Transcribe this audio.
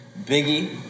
Biggie